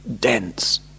dense